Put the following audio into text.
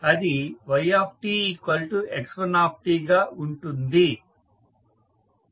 అది yx1 గా ఉంటుంది